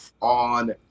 on